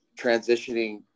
transitioning